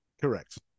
Correct